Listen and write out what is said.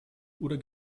oder